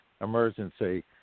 emergency